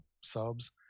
subs